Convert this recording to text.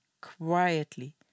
quietly